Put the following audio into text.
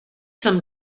some